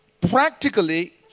practically